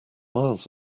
miles